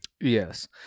Yes